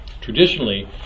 Traditionally